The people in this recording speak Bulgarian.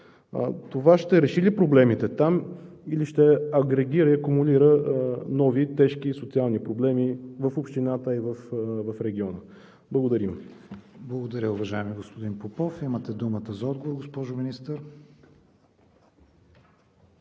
Това ще реши ли проблемите там или ще агрегира и акумулира нови тежки и социални проблеми в общината и в региона? Благодарим. ПРЕДСЕДАТЕЛ КРИСТИАН ВИГЕНИН: Благодаря, уважаеми господин Попов. Имате думата за отговор, госпожо Министър.